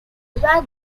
were